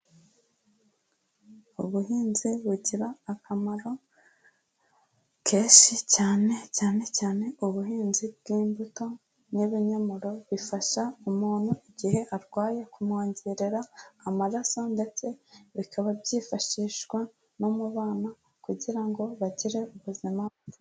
Ubuhinzi bugira akamaro kenshi cyane, cyane cyane ubuhinzi bw'imbuto n'ibinyomoro bifasha umuntu igihe arwaye kumwongerera amaraso ndetse bikaba byifashishwa no mu bana kugira ngo bagire ubuzima bwiza.